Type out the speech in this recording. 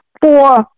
four